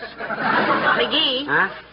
McGee